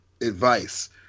advice